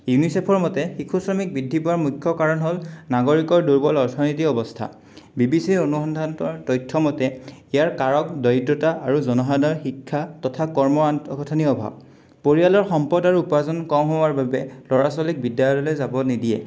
ইউনিচেফৰ মতে শিশু শ্ৰমিক বৃদ্ধি পোৱাৰ মুখ্য কাৰণ হ'ল নাগৰিকৰ দুৰ্বল অৰ্থনীতি অৱস্থা বি বি চি ৰ অনুসন্ধান্তৰ তথ্য মতে ইয়াৰ কাৰক দৰিদ্ৰতা আৰু জনসাধাৰ শিক্ষা তথা কৰ্ম আন্তঃগথনিৰ অভাৱ পৰিয়ালৰ সম্পদ আৰু উপাৰ্জন কম হোৱাৰ বাবে ল'ৰা ছোৱালীক বিদ্যালয়লৈ যাব নিদিয়ে